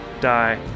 die